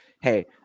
hey